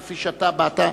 כפי שאתה אמרת,